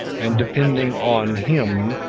and depending on him,